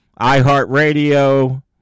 iHeartRadio